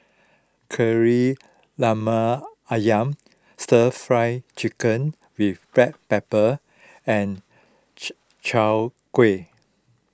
Kari Lemak Ayam Stir Fried Chicken with Black Pepper and Chwee Kueh